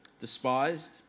Despised